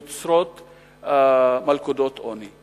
יוצרים מלכודות עוני.